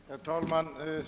Herr talman!